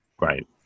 Right